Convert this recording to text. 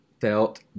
felt